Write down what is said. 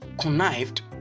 connived